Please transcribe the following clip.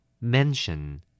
mention